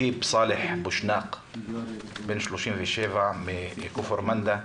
דיב סאלח בשנאק, בן 37 מכפר מנדא,